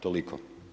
Toliko.